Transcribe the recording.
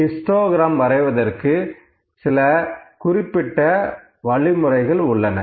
எனவே ஹிஸ்டோகிரம் வரைவதற்கு சில குறிப்பிட்ட வழிமுறைகள் உள்ளன